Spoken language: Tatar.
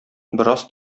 бераз